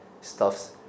stuffs